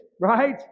right